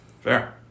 Fair